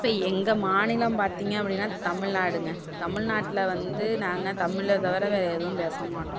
இப்போ எங்கள் மாநிலம் பார்த்திங்க அப்படின்னா தமிழ்நாடுங்க தமிழ்நாட்டில் வந்து நாங்க தமிழை தவிர வேறு எதுவும் பேசமாட்டோம்